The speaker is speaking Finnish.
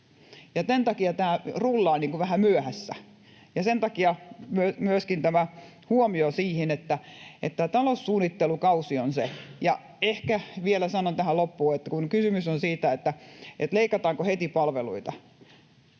Tämän takia tämä rullaa vähän myöhässä, ja sen takia myöskin tämä huomio siihen, että tämä taloussuunnittelukausi on se. Ehkä vielä sanon tähän loppuun, että kun kysymys on siitä, leikataanko heti palveluita,